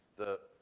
the